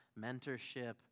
mentorship